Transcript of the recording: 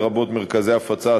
לרבות מרכזי הפצה,